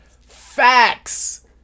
facts